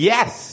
Yes